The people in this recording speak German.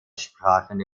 sprachen